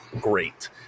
great